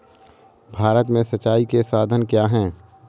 भारत में सिंचाई के साधन क्या है?